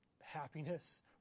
happiness